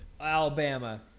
Alabama